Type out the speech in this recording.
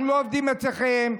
אנחנו לא עובדים אצלכם.